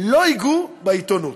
לא ייגעו בעיתונות,